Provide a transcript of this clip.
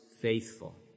faithful